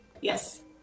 Yes